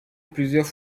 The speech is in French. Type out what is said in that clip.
plusieurs